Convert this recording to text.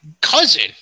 cousin